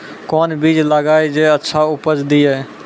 कोंन बीज लगैय जे अच्छा उपज दिये?